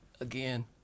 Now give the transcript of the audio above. again